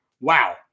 wow